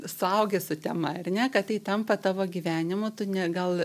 suaugi su tema ar ne kad tai tampa tavo gyvenimu tu ne gal